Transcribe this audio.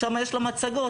שם יש להם הצגות,